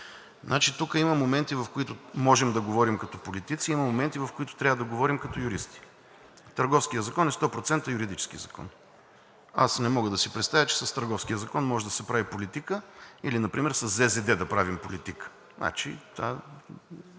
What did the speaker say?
Тук има моменти, в които можем да говорим като политици, има моменти, в които трябва да говорим като юристи. Търговският закон е 100% юридически закон, аз не мога да си представя, че с Търговския закон може да се прави политика или например със ЗЗД да правим политика.